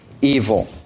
evil